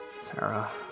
Sarah